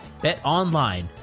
BetOnline